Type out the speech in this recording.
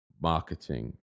marketing